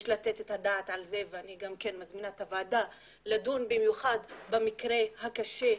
יש לתת את הדעת על זה ואני גם מזמינה את הוועדה לדון במיוחד במקרה הקשה,